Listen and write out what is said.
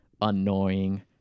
annoying